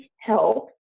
help